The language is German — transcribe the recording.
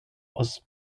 aus